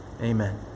Amen